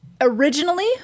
originally